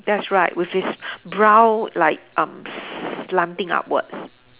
that's right with his brow like um slanting upwards